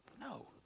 No